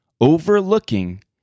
overlooking